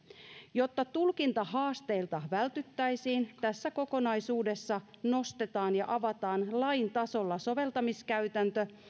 jotta tulkintahaasteilta vältyttäisiin tässä kokonaisuudessa nostetaan ja avataan lain tasolla soveltamiskäytäntö